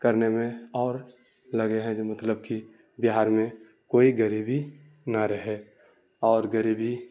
کرنے میں اور لگے ہیں جے مطلب کہ بہار میں کوئی غریبی نہ رہے اور غریبی